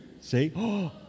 See